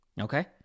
Okay